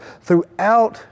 throughout